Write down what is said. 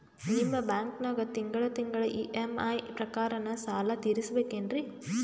ನಿಮ್ಮ ಬ್ಯಾಂಕನಾಗ ತಿಂಗಳ ತಿಂಗಳ ಇ.ಎಂ.ಐ ಪ್ರಕಾರನ ಸಾಲ ತೀರಿಸಬೇಕೆನ್ರೀ?